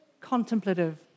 contemplative